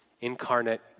incarnate